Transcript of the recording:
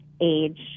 age